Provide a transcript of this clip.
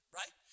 right